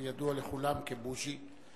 הידוע לכולם כבוז'י,